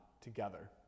together